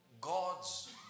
God's